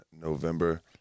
November